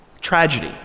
tragedy